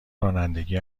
رانندگی